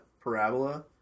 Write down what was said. Parabola